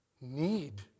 Need